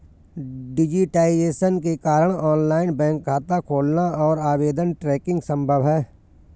digitisation के कारण online bank खाता खोलना और आवेदन ट्रैकिंग संभव हैं